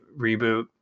reboot